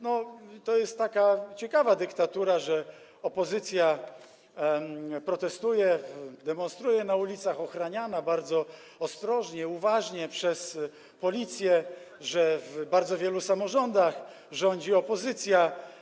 No, to jest taka ciekawa dyktatura, że opozycja protestuje, demonstruje na ulicach, ochraniana bardzo ostrożnie, uważnie przez policję, że w bardzo wielu samorządach rządzi opozycja.